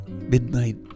midnight